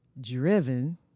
driven